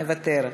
מוותר,